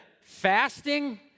fasting